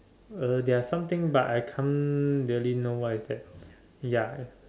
well there are some things but I can't really know what it take ya